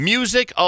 Music